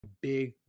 big